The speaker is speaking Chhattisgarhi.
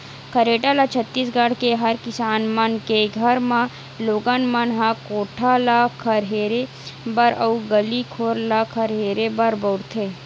खरेटा ल छत्तीसगढ़ के हर किसान मन के घर म लोगन मन ह कोठा ल खरहेरे बर अउ गली घोर ल खरहेरे बर बउरथे